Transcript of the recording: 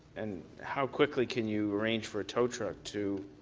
and how quickly can you arrange for a tow truck to